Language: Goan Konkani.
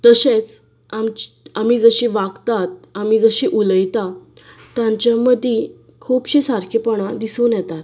तशेंच आमच आमी जशी वागतात आमी जशी उलयतात तांच्या मदीं खुबशी सारकेपणां दिसून येतात